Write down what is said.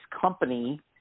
company